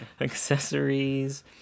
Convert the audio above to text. Accessories